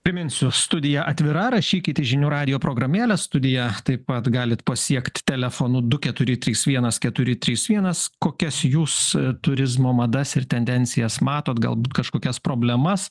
priminsiu studija atvira rašykit į žinių radijo programėlę studiją taip pat galit pasiekt telefonu du keturi trys vienas keturi trys vienas kokias jūs turizmo madas ir tendencijas matot gal kažkokias problemas